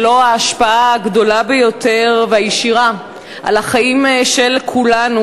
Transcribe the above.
שלו ההשפעה הגדולה ביותר והישירה על החיים של כולנו,